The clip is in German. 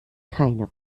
keine